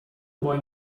boy